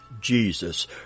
Jesus